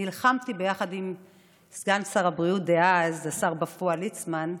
נלחמתי עם סגן שר הבריאות דאז, השר בפועל ליצמן,